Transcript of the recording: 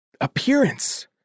appearance